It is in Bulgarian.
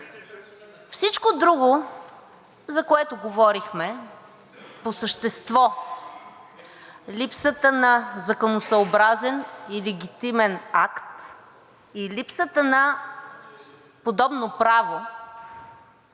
Всичко друго, за което говорихме по същество – липсата на законосъобразен и легитимен акт и липсата на подобно право,